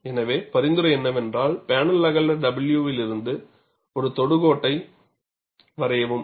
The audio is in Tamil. எனவே பரிந்துரை என்னவென்றால் பேனல் அகல W லிருந்து ஒரு தொடுகோட்டை வரையவும்